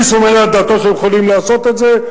מישהו מעלה על דעתו שהם יכולים לעשות את זה?